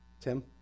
Tim